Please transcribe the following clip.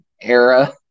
era